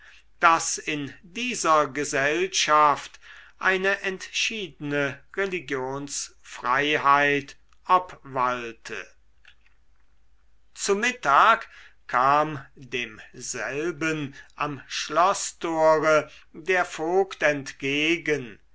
daß in dieser gesellschaft eine entschiedene religionsfreiheit obwalte zu mittag kam demselben am schloßtore der vogt entgegen